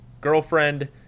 girlfriend